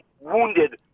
wounded